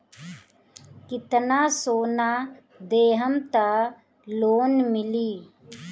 कितना सोना देहम त लोन मिली?